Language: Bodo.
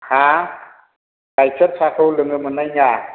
हा गाइखेर साहाखौ लोंनो मोननाय नोङा